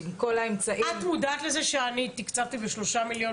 כל האמצעים --- את מודעת לזה שאני תקצבתי ב-3 מיליון